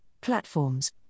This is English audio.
platforms